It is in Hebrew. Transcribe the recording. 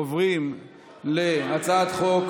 חברי הכנסת, אנחנו עוברים להצעת חוק